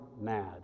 mad